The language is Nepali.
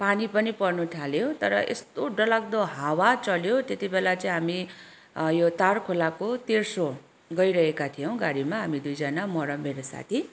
पानी पनि पर्नु थाल्यो तर यस्तो डरलाग्दो हावा चल्यो त्यतिबेला चाहिँ हामी यो तार खोलाको तेर्सो गइरहेका थियौँ गाडीमा हामी दुईजाना म र मेरो साथी